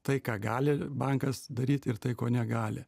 tai ką gali bankas daryt ir tai ko negali